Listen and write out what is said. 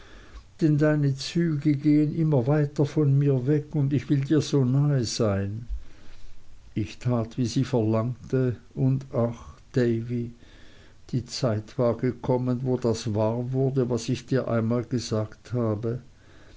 denn deine züge gehen immer weiter von mir weg und ich will dir so nahe sein ich tat wie sie verlangte und ach davy die zeit war gekommen wo das wahr wurde was ich dir einmal gesagt habe